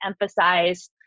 emphasize